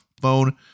phone